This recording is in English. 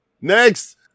next